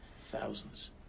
Thousands